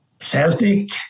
Celtic